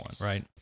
right